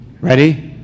Ready